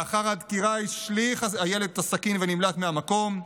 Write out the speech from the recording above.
לאחר הדקירה השליך הילד את הסכין ונמלט מהמקום.